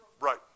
Right